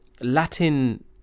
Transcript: Latin